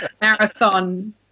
marathon